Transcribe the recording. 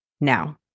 now